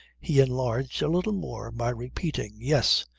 he enlarged a little more by repeating yes!